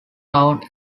town